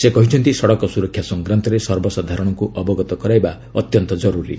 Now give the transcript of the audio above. ସେ କହିଛନ୍ତି ସଡ଼କ ସୁରକ୍ଷା ସଂକ୍ରାନ୍ତରେ ସର୍ବସାଧାରଣକୁ ଅବଗତ କରାଇବା ଅତ୍ୟନ୍ତ ଜରୁରୀ